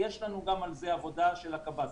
יש לנו גם על זה עבודה של הקב"סים.